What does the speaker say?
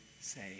say